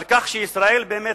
על כך שישראל באמת,